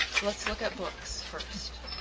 let's look at books first.